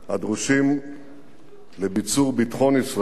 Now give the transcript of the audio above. הדרושות לביצור ביטחון ישראל